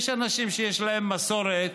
יש אנשים שיש להם מסורת